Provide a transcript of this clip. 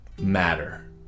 matter